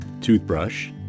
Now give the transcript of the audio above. toothbrush